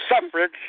suffrage